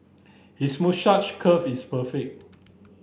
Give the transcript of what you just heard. his moustache curl is perfect